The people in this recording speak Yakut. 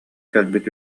кэлбит